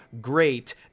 great